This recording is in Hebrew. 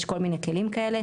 יש כל מיני כלי כאלה.